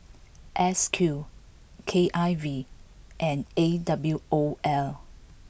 S Q K I V and A W O L